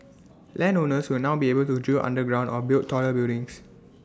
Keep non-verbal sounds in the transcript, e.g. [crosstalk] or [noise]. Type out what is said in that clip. [noise] land owners will now be able to drill underground or build taller buildings